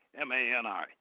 M-A-N-I